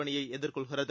அணியை எதிர்கொள்கிறது